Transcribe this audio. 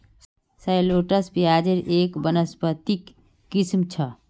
shallots प्याज़ेर एक वानस्पतिक किस्म छ